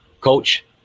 Coach